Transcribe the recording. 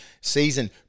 season